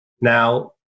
Now